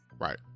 Right